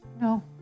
No